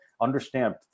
understand